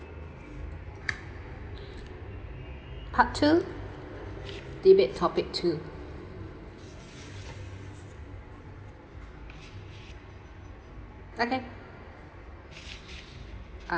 part two debate topic two okay ah